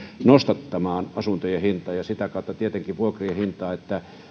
nostattamaan asuntojen hintaa ja sitä kautta tietenkin vuokrien hintaa